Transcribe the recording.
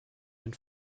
den